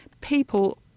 people